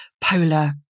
polar